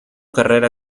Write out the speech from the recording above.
carrera